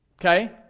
Okay